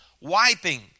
wiping